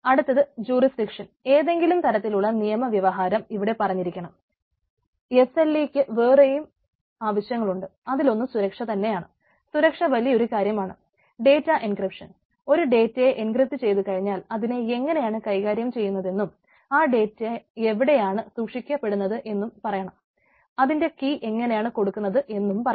അടുത്തത് ജൂറിസ്ഡിക്ഷൻ എങ്ങനെയാണ് കൊടുക്കുന്നത് എന്നും പറയണം